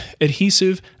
adhesive